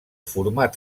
format